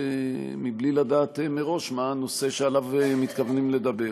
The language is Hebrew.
בלי לדעת מראש מה הנושא שעליו מתכוונים לדבר.